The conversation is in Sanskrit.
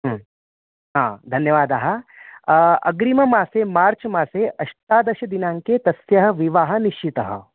हा धन्यवादः अग्रिममासे मार्च् मासे अष्टादशदिनाङ्के तस्य विवाहः निश्चितः